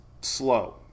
slow